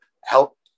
help